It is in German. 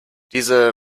diese